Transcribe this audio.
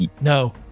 No